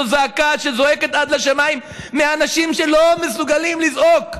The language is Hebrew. זו זעקה שזועקת עד השמיים מאנשים שלא מסוגלים לזעוק,